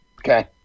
Okay